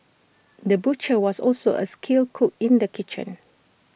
the butcher was also A skilled cook in the kitchen